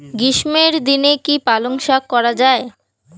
গ্রীষ্মের দিনে কি পালন শাখ করা য়ায়?